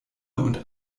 und